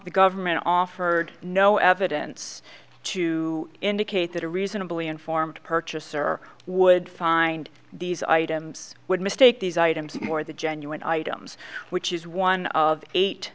the government offered no evidence to indicate that a reasonably informed purchaser would find these items would mistake these items more the genuine items which is one of eight